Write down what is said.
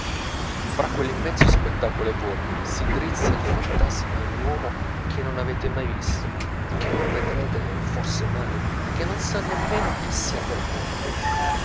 fra quell'immenso spettacolo e voi si drizza il fantasma di un uomo che non avete mai visto che non vedrete forse mai che non sa nemmeno che siate al mondo